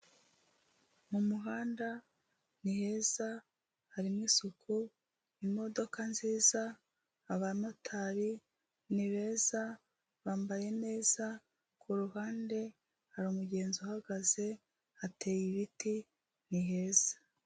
Umuhanda ni heza harimo isuku imodoka nziza abamotari, ni beza bambaye neza ku ruhande hari umugenzi uhagaze hateye ibiti ni heza.